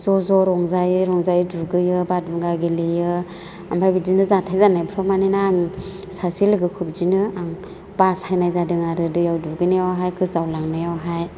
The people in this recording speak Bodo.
ज' ज' रंजायै रंजायै दुगैयो बादुंगा गेलेयो ओमफ्राय बिदिनो जाथाय जानायफोराव मानोना आं सासे लोगोखौ बिदिनो आं बासायनाय जादों आरो दैयाव दुगैनायावहाय गोजावलांनायावहाय